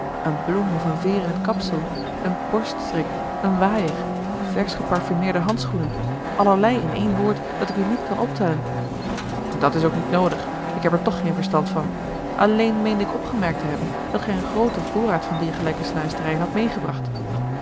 een bloem of een veer in het kapsel een borststrik een waaier versch geparfumeerde handschoenen allerlei in één woord dat ik u niet kan optellen dat is ook niet noodig ik heb er toch geen verstand van a l g bosboom-toussaint de delftsche wonderdokter eel alleen meende ik opgemerkt te hebben dat gij een grooten voorraad van diergelijke snuisterijen hadt meêgebracht